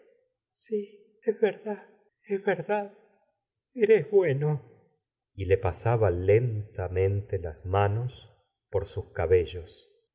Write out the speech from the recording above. sí es verdad es verdad eres bueno y le pasaba lentamente las manos por sus ca